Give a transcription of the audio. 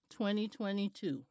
2022